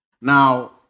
Now